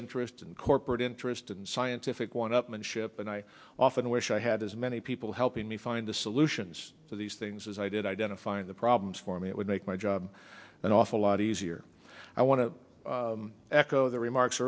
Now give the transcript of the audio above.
interests and corporate interest and scientific one upmanship and i often wish i had as many people helping me find the solutions to these things as i did identifying the problems for me it would make my job an awful lot easier i want to echo the remarks